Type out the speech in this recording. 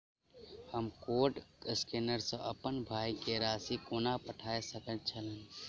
हम code scanner सँ अप्पन भाय केँ राशि कोना पठा सकैत छियैन?